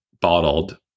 bottled